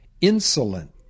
insolent